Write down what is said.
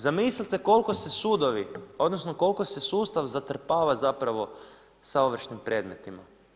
Zamislite koliko se sudovi, odnosno koliko se sustav zatrpava zapravo sa ovršnim predmetima.